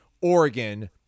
Oregon